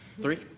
three